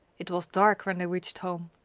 it was dark when they reached home.